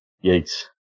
Yates